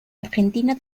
argentina